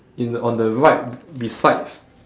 in the on the right besides